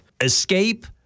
Escape